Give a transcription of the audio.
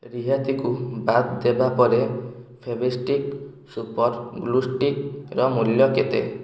ରିହାତିକୁ ବାଦ୍ ଦେବା ପରେ ଫେଭିଷ୍ଟିକ୍ ସୁପର୍ ଗ୍ଲୁ ଷ୍ଟିକ୍ର ମୂଲ୍ୟ କେତେ